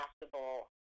possible